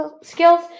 skills